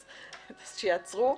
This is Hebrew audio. אז שיעצרו.